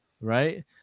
right